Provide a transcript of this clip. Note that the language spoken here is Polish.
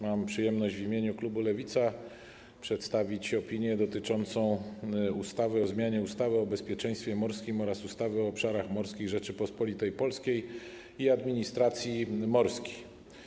Mam przyjemność w imieniu klubu Lewica przedstawić opinię dotyczącą ustawy o zmianie ustawy o bezpieczeństwie morskim oraz ustawy o obszarach morskich Rzeczypospolitej Polskiej i administracji morskiej.